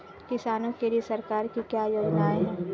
किसानों के लिए सरकार की क्या योजनाएं हैं?